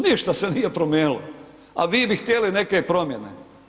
Ništa se nije promijenilo, a vi bi htjeli neke promjene.